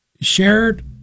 Shared